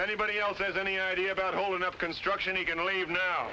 anybody else has any idea about holding up construction you're going to leave now